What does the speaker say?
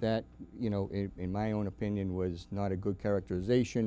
that you know in my own opinion was not a good characterization